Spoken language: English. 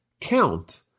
count